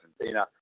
Argentina